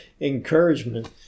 encouragement